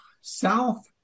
south